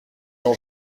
jean